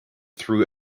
through